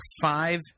five